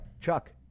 Chuck